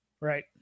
Right